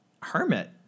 Hermit